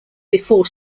before